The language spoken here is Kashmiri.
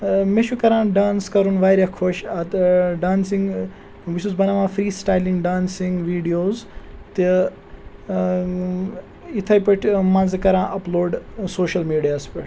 مےٚ چھُ کَران ڈانٕس کَرُن واریاہ خۄش اَتھ ٲں ڈانسِنٛگ بہٕ چھُس بَناوان فِرٛی سٹایلِنٛگ ڈانسِنٛگ ویٖڈیوز تہِ ٲں یِتھَے پٲٹھۍ منٛزٕ کَران اَپلوٗڈ سوٗشَل میٖڈیا ہَس پٮ۪ٹھ